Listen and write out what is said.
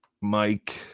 Mike